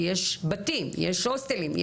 כי יש בתים, יש הוסטלים.